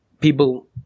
people